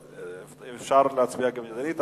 אפשר להצביע גם ידנית,